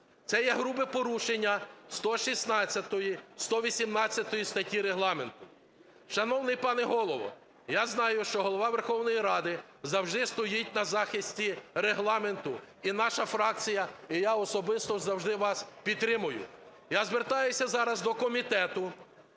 Це є грубе порушення 116, 118 статті Регламенту. Шановний пане Голово, я знаю, що Голова Верховної Ради завжди стоїть на захисті Регламенту, і наша фракція, і я особисто завжди вас підтримую. Я звертаюсь зараз до комітету